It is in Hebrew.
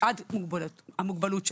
מפאת המוגבלות שלו,